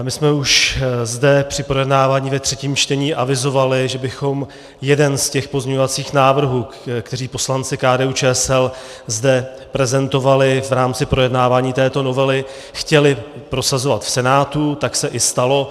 My jsme už zde při projednávání ve třetím čtení avizovali, že bychom jeden z těch pozměňovacích návrhů, které poslanci KDUČSL zde prezentovali v rámci projednávání této novely, chtěli prosazovat v Senátu, tak se i stalo.